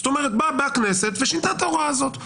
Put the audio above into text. זאת אומרת, באה הכנסת ושינתה את ההוראה הזאת.